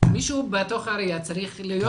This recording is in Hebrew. מישהו בתוך העירייה צריך להיות לו תפקיד,